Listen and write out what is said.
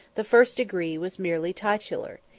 the first degree was merely titular,